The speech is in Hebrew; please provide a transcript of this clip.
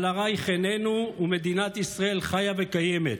אבל הרייך איננו, ומדינת ישראל חיה וקיימת.